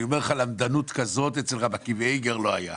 ואני אומר לך שלמדנות כזאת אצל הרב איגר לא היה.